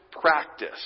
practice